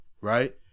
right